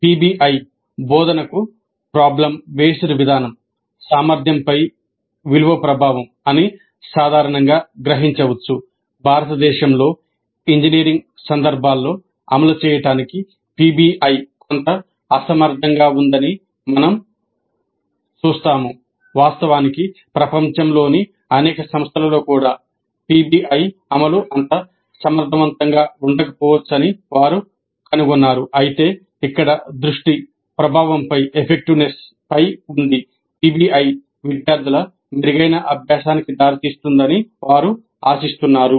PBI విద్యార్థుల మెరుగైన అభ్యాసానికి దారితీస్తుందని వారు ఆశిస్తున్నారు